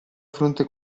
fronte